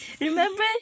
remember